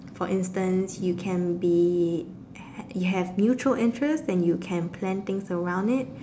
for instance you can be have mutual interests and can plan things around it